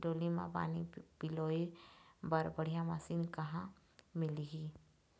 डोली म पानी पलोए बर बढ़िया मशीन कहां मिलही?